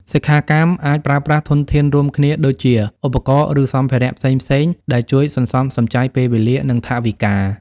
សិក្ខាកាមអាចប្រើប្រាស់ធនធានរួមគ្នាដូចជា ឧបករណ៍ ឬសម្ភារៈផ្សេងៗ ដែលជួយសន្សំសំចៃពេលវេលា និងថវិកា។